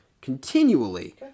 continually